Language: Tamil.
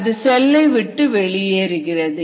அது செல்லை விட்டு வெளியேறுகிறது